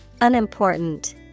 Unimportant